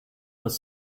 was